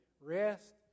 rest